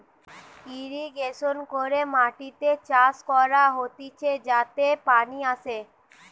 irrigation করে মাটিতে চাষ করা হতিছে যাতে পানি আসে